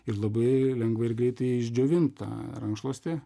ir labai lengvai ir greitai išdžiovint tą rankšluostį